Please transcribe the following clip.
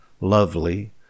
lovely